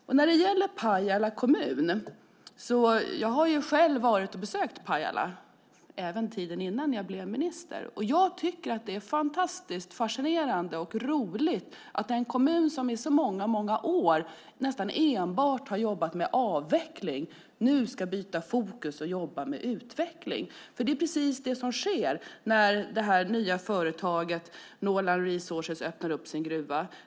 Vad beträffar Pajala kommun vill jag säga att jag besökt Pajala, även innan jag blev minister, och tycker att det är fascinerande och roligt att se en kommun som i många år nästan enbart jobbat med avveckling nu byta fokus och jobba med utveckling. Det är precis det som sker när det nya företaget Northland Resources öppnar sin gruva.